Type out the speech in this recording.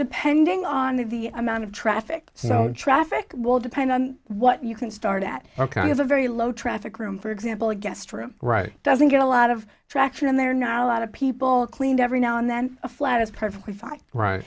depending on the amount of traffic sound traffic will depend on what you can start at a kind of a very low traffic room for example a guest room right doesn't get a lot of traction and there are not a lot of people cleaned every now and then a flat is perfectly fine right